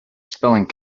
spelling